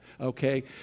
okay